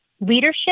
leadership